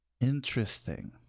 Interesting